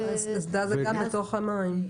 אסדה זה גם בתוך המים.